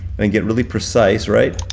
and get really precise, right?